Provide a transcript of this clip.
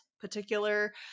particular